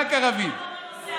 רק ערבי.